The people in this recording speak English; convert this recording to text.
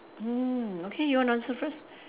mm okay you want to answer first